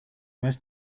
most